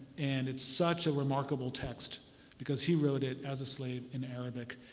and it's such a remarkable text because he wrote it as a slave in arabic.